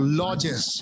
lodges